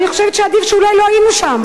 אני חושבת שאולי עדיף היה שלא היינו שם.